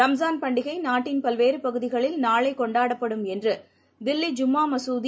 ரம்ஜான் பண்டிகைநாட்டின் பல்வேறுபகுதிகளில் நாளைகொண்டாடப்படும் என்றுதில்லி ஜும்மாமசூதி